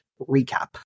Recap